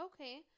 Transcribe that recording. okay